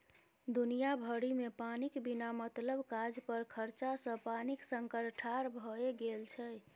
दुनिया भरिमे पानिक बिना मतलब काज पर खरचा सँ पानिक संकट ठाढ़ भए गेल छै